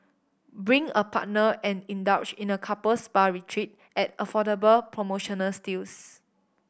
bring a partner and indulge in a couple spa retreat at affordable promotional steals